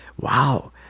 wow